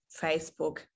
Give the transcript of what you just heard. Facebook